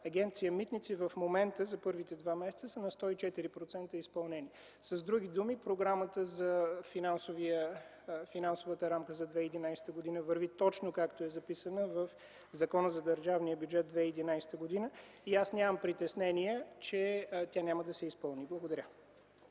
Агенция „Митници” в момента за първите 2 месеца са на 104% изпълнение. С други думи, програмата за финансовата рамка за 2011 г. върви точно както е записана в Закона за държавния бюджет 2011 г. и аз нямам притеснения, че тя няма да се изпълни. Благодаря.